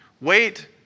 wait